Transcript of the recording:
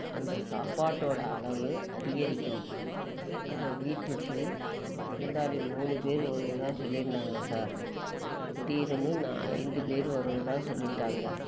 அந்த சாப்பாட்டோடய அளவு அதிகரிக்கணும் எங்க வீட்டுக்கு விருந்தாளி மூணு பேர் வருவதாக சொல்லிருந்தாங்க சார் திடீர்ன்னு நான் ஐந்து பேர் வருவதாக சொல்லிட்டாங்க